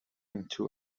into